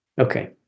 Okay